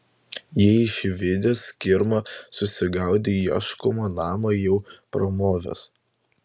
jį išvydęs skirma susigaudė ieškomą namą jau pramovęs